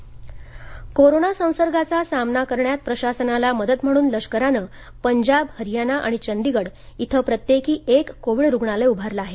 Covid रुग्णालय corona संसर्गाचा सामना करण्यात प्रशासनाला मदत म्हणून लष्करानं पंजाब हरियाना आणि चंडीगड इथं प्रत्येकी एक कोविड रुग्णालय उभारलं आहे